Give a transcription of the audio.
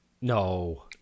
No